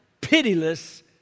pitiless